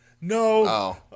No